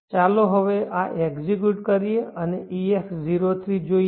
ચાલો હવે આ એક્ઝીક્યુટ કરીએ અને Ex03 જોઈએ